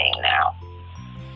now